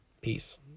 Peace